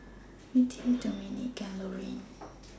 Myrtle Dominick and Loraine